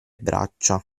braccia